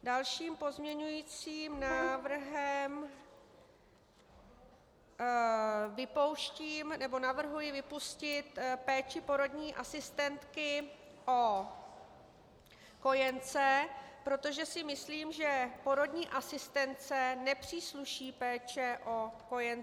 Dalším pozměňovacím návrhem vypouštím, nebo navrhuji vypustit péči porodní asistentky o kojence, protože si myslím, že porodní asistentce nepřísluší péče o kojence.